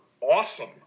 awesome